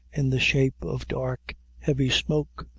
in the shape of dark heavy smoke,